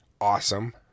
awesome